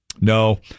No